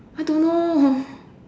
I don't know